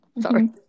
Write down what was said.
sorry